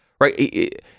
right